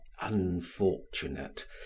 unfortunate